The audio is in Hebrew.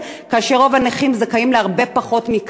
כאשר רוב הנכים זכאים להרבה פחות מכך.